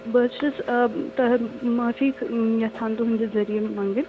بہٕ حظ چھَس تۄہہِ معٲفی یَژھان تُہٕنٛدٕ ذٔریعہِ مَنگٕنۍ